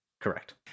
Correct